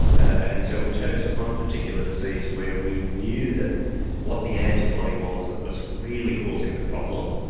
and so we chose one particular disease where we knew that what the antibody was that was really causing the problem,